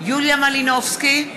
יוליה מלינובסקי,